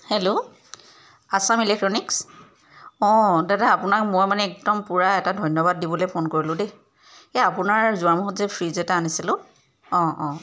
hello Assam electronics অঁ দাদা আপোনাক মই মানে একদম পূৰা এটা ধন্যবাদ দিবলৈ ফোন কৰিলোঁ দেই এই আপোনাৰ যোৱামাহত যে ফ্ৰীজ এটা আনিছিলোঁ অঁ অঁ